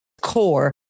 core